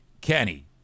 Kenny